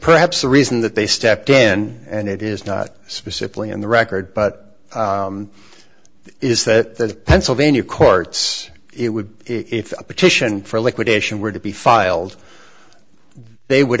perhaps the reason that they stepped in and it is not specifically on the record but is that the pennsylvania courts it would if a petition for liquidation were to be filed they would